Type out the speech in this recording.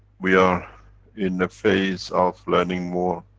we are in the phase of learning more,